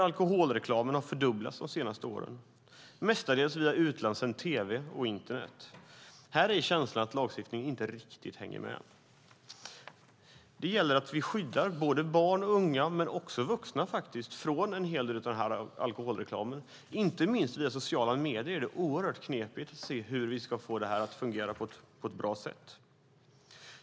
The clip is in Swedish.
Alkoholreklamen har fördubblats de senaste åren, mestadels via utlandssänd tv och internet. Här är känslan att lagstiftningen inte riktigt hänger med. Det gäller att vi skyddar barn och unga men också vuxna från en del av denna alkoholreklam. Inte minst när det gäller sociala medier är det oerhört knepigt att se hur vi ska få detta att fungera på ett bra sätt.